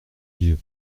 dieu